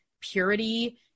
purity